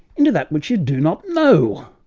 into that which you do not know?